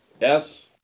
yes